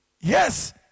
Yes